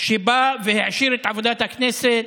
שבא והעשיר את עבודת הכנסת